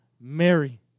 Mary